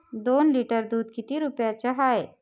दोन लिटर दुध किती रुप्याचं हाये?